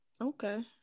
Okay